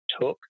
took